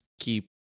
keep